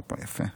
הופה, יפה.